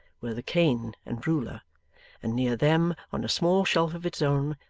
were the cane and ruler and near them, on a small shelf of its own,